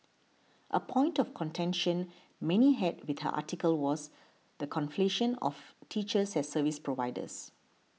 a point of contention many had with her article was the conflation of teachers as service providers